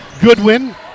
Goodwin